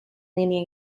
leaning